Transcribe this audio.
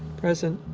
present.